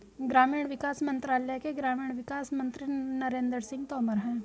ग्रामीण विकास मंत्रालय के ग्रामीण विकास मंत्री नरेंद्र सिंह तोमर है